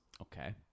Okay